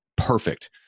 perfect